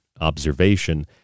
observation